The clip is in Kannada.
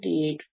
85